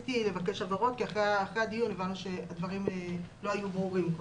רציתי לבקש הבהרות כי אחרי הדיון שהדברים לא היו כל כך ברורים.